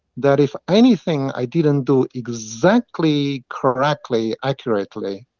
that if anything i didn't do exactly correctly, accurately,